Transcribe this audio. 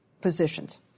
positions